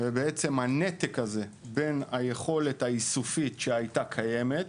היה נתק בין יכולת האיסוף שהייתה קיימת